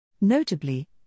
Notably